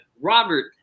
robert